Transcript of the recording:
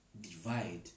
divide